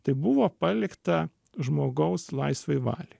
tai buvo palikta žmogaus laisvai valiai